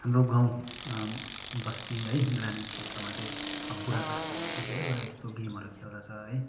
हाम्रो गाउँ बस्ती है ग्रामीन क्षेत्रमा चाहिँ बुढापाकाहरूले चाहिँ धेरै यस्तो गेमहरू खेल्दछ है